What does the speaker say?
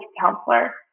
counselor